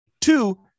Two